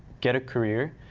get a career,